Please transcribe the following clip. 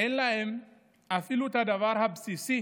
אין להם אפילו את הדבר הבסיסי